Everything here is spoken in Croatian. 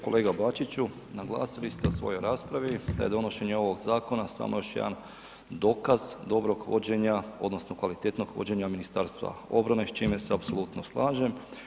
Kolega Bačiću, naglasili ste u svojoj raspravi da je donošenje ovog zakona samo još jedan dokaz dobrog vođenja odnosno kvalitetnog vođenja Ministarstva obrane s čime se apsolutno slažem.